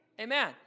Amen